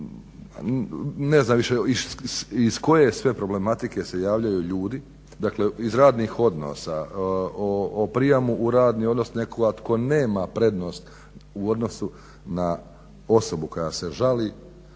ne znam više iz koje sve problematike se javljaju ljudi, dakle iz radnih odnosa, o prijamu u radni odnos nekoga tko nema prednost u odnosu na osobu koja se žali,